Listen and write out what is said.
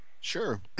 Sure